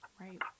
Right